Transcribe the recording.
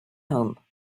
home